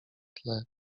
tle